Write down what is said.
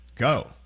Go